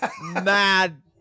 mad